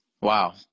wow